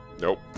Nope